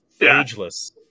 ageless